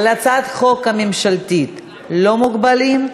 על הצעת חוק ממשלתית לא מוגבלים,